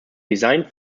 designed